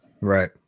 right